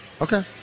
Okay